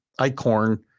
Icorn